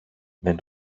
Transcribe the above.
δεν